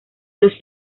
los